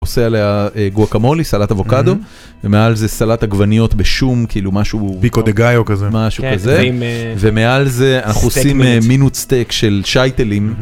הוא עושה עליה גואקמולי, סלט אבוקדו ומעל זה סלט עגבניות בשום כאילו משהו... פיקו דה גאיו כזה. משהו כזה ומעל זה אנחנו עושים מינוט סטייק של שייטלים.